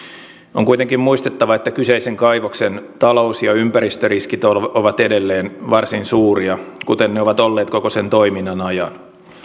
on kuitenkin muistettava että kyseisen kaivoksen talous ja ympäristöriskit ovat edelleen varsin suuria kuten ne ovat olleet koko sen toiminnan ajan